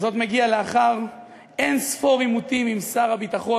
וזה מגיע לאחר אין-ספור עימותים עם שר הביטחון,